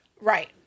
Right